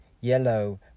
yellow